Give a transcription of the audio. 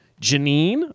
Janine